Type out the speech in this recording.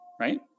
right